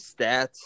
stats